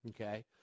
okay